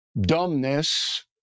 dumbness